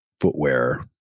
footwear